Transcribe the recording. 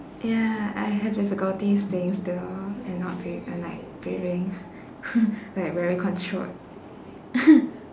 ya I have difficulties staying still and not breat~ and like breathing like very controlled